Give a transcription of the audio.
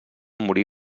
morí